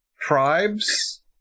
Tribes